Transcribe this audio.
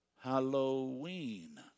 Halloween